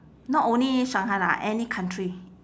not only shanghai lah any country